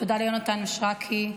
תודה ליונתן מישרקי,